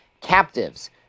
captives